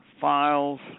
Files